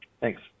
Thanks